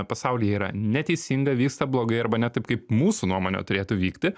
pasaulyje yra neteisinga vyksta blogai arba ne taip kaip mūsų nuomone turėtų vykti